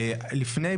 לפני,